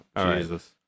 Jesus